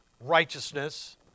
righteousness